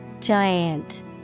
Giant